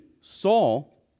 Saul